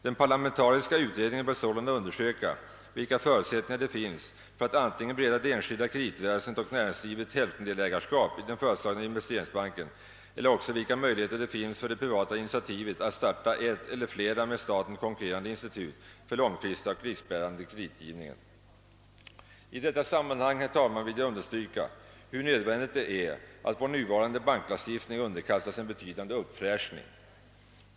Den parlamentariska utredningen bör sålunda undersöka, vilka förutsättningar det finns för att antingen bereda det enskilda kreditväsendet och näringslivet hälftendelägarskap i den föreslagna investeringsbanken eller ge möjligheter för att på privat initiativ starta ett eller flera med staten konkurrerande institut för den långfristiga och riskbärande kreditgivningen. Herr talman! I detta sammanhang vill jag understryka hur nödvändigt det är att vår nuvarande banklagstiftning underkastas en betydande uppfräschning.